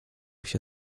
się